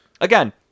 again